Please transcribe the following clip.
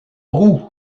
roue